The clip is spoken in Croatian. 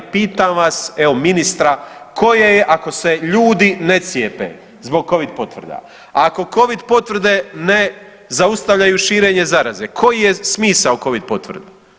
Pitam vas, evo ministra koje je ako se ljudi ne cijepe zbog covid potvrda, ako covid potvrde ne zaustavljaju širenje zaraze, koji je smisao covid potvrda?